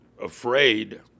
afraid